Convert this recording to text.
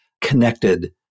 connected